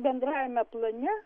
bendrajame plane